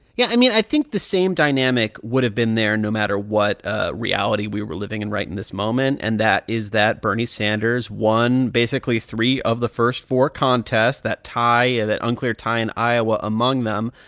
yeah. i mean, i think the same dynamic would have been there no matter what ah reality we were living in right in this moment, and that is that bernie sanders won basically three of the first four contests, that tie that unclear tie in iowa among them.